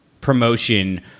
promotion